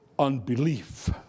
unbelief